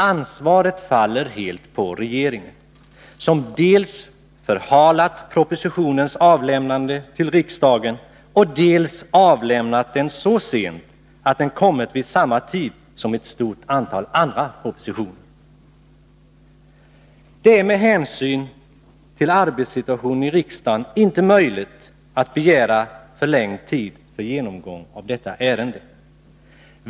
Ansvaret faller helt på regeringen som dels förhalat propositionens avlämnande till riksdagen, dels avlämnat propositionen så sent att den kommit vid samma tidpunkt som ett stort antal andra propositioner. Det är med hänsyn till arbetssituationen i riksdagen inte möjligt att begära förlängd tid för genomgång av detta ärende.